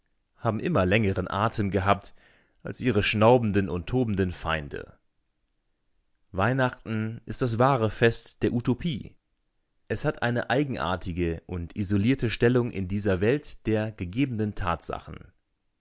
haben immer längeren atem gehabt als ihre schnaubenden und tobenden feinde weihnachten ist das wahre fest der utopie es hat eine eigenartige und isolierte stellung in dieser welt der gegebenen tatsachen